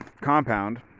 compound